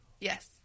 Yes